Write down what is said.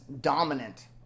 dominant